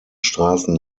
straßen